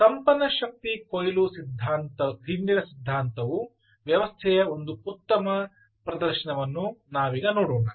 ಕಂಪನ ಶಕ್ತಿ ಕೊಯ್ಲು ಹಿಂದಿನ ಸಿದ್ಧಾಂತವು ವ್ಯವಸ್ಥೆಯ ಒಂದು ಉತ್ತಮ ಪ್ರದರ್ಶನವನ್ನು ನೋಡೋಣ